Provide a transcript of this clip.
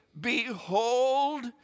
behold